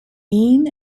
mean